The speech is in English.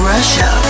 Russia